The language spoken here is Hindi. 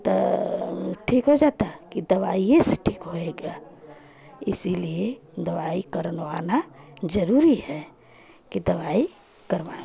तो ठीक हो जाता कि दवाइए से ठीक होएगा इसीलिए दवाई करनवाना जरूरी है कि दवाई करवाएं